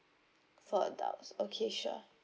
four adults okay sure